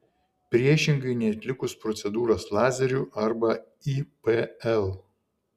priešingai nei atlikus procedūras lazeriu arba ipl